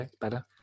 Better